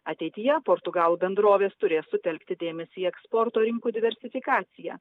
ateityje portugalų bendrovės turės sutelkti dėmesį į eksporto rinkų diversifikaciją